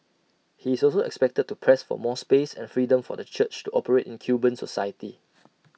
he is also expected to press for more space and freedom for the church to operate in Cuban society